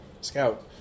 Scout